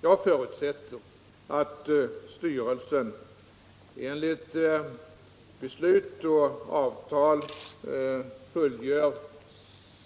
Jag förutsätter att styrelsen enligt beslut och avtal fullgör